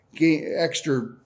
extra